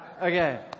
okay